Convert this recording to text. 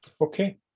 Okay